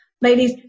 Ladies